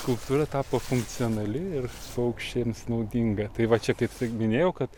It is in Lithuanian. skulptūra tapo funkcionali ir paukščiams naudinga tai va čia kaip ir minėjau kad